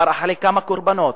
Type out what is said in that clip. אבל אחרי כמה קורבנות?